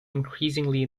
increasingly